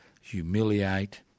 humiliate